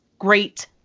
great